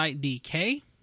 DK